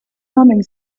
humming